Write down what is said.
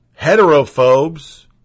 heterophobes